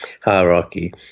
hierarchy